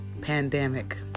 pandemic